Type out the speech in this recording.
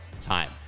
time